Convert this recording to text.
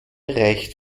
reicht